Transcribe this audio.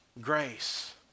grace